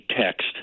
text